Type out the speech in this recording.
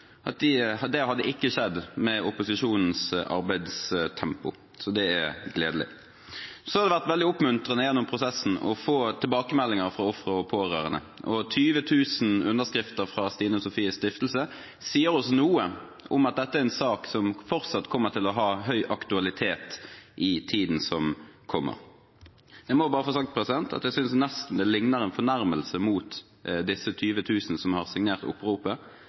helt sikkert, at det hadde ikke skjedd med opposisjonens arbeidstempo. Så det er gledelig. Det har vært veldig oppmuntrende gjennom prosessen å få tilbakemeldinger fra ofre og pårørende. 20 000 underskrifter fra Stine Sofies Stiftelse sier oss noe om at dette er en sak som fortsatt kommer til å ha høy aktualitet i tiden som kommer. Jeg må bare få sagt at jeg synes nesten det ligner en fornærmelse mot disse 20 000 som har signert oppropet,